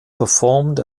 performed